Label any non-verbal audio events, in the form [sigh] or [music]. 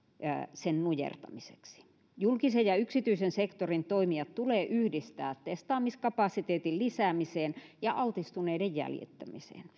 sen nujertamiseksi julkisen ja yksityisen sektorin toimijat tulee yhdistää testaamiskapasiteetin lisäämiseen ja altistuneiden jäljittämiseen [unintelligible]